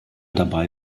dabei